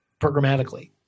programmatically